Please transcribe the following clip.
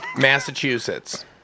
Massachusetts